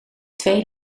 twee